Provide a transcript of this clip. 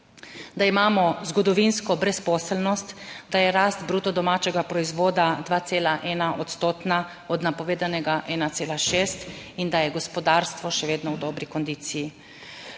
da imamo zgodovinsko brezposelnost, da je rast bruto domačega proizvoda 2,1 % od napovedanega 1,6 in da je gospodarstvo še vedno v dobri kondiciji.